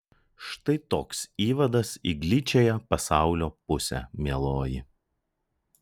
štai toks įvadas į gličiąją pasaulio pusę mieloji